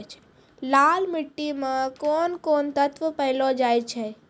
लाल मिट्टी मे कोंन कोंन तत्व पैलो जाय छै?